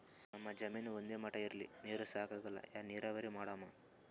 ನಮ್ ಜಮೀನ ಒಂದೇ ಮಟಾ ಇಲ್ರಿ, ನೀರೂ ಸಾಕಾಗಲ್ಲ, ಯಾ ನೀರಾವರಿ ಮಾಡಮು?